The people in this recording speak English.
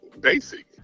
basic